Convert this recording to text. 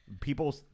People